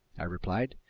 i replied.